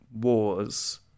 wars